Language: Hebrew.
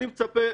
אני מצפה,